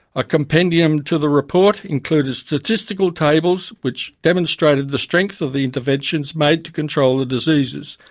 a compendium to the report included statistical tables which demonstrated the strength of the interventions made to control the diseases,